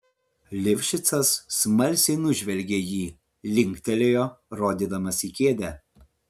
lifšicas smalsiai nužvelgė jį linktelėjo rodydamas į kėdę